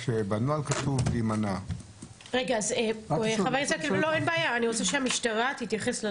כשבנוהל כתוב להימנע --- אני רוצה שהמשטרה תתייחס לנוהל.